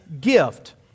gift